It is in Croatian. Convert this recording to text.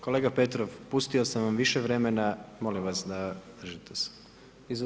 Kolega Petrov, pustio sam vam više vremena, molim vas da držite se.